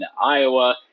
Iowa